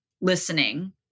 listening